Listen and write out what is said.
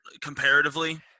comparatively